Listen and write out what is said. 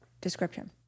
description